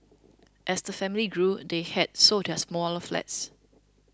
as the family grew they had sold their smaller flats